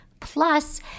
Plus